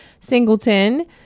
Singleton